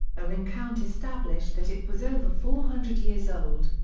a ring-count established that it was over four hundred years old.